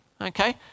okay